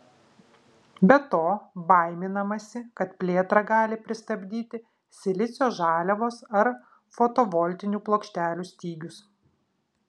be to baiminamasi kad plėtrą gali pristabdyti silicio žaliavos ar fotovoltinių plokštelių stygius